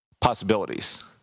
Possibilities